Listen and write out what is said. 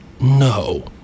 No